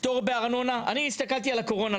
פטור בארנונה אני הסתכלתי על הקורונה,